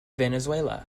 venezuela